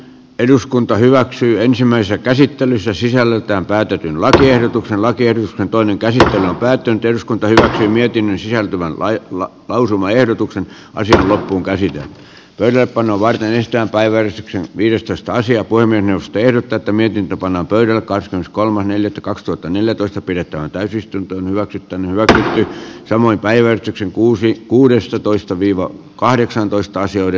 eduskunta hyväksyy ensimmäistä käsittelyssä sisällöltään päädyttiin lakiehdotuksen laatia toinen käsiin päätynyt eduskunta hyväksyi mietinnön sisältyvän vai lausumaehdotuksen vai silloin kun kai sitä peliä panna vain hiihtää päivälliseksi yhteistä asiaa voimme tehdä tätä mihin pannaan pöydälle korsetin kolmannelle kaksituhattaneljätoista pidettävään täysistuntoon väki käy samoin päivetyksen kuusi kuudessatoista viva kahdeksantoistas yli